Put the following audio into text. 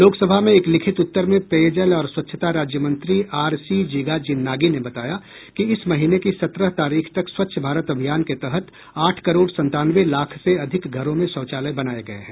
लोकसभा में एक लिखित उत्तर में पेयजल और स्वच्छता राज्यमंत्री आरसी जिगाजिन्नागी ने बताया कि इस महीने की सत्रह तारीख तक स्वच्छ भारत अभियान के तहत आठ करोड़ संतानवे लाख से अधिक घरों में शौचालय बनाये गये हैं